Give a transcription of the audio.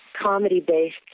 comedy-based